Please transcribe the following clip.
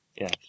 Yes